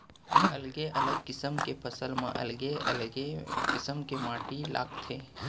अलगे अलग किसम के फसल म अलगे अलगे किसम के माटी लागथे